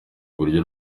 uburyo